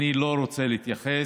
אני לא רוצה להתייחס,